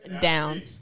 down